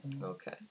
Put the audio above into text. okay